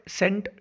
sent